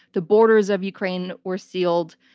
the borders of ukraine were sealed.